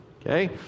Okay